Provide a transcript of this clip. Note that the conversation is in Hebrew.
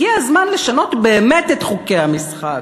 הגיע הזמן לשנות באמת את חוקי המשחק,